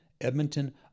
Edmonton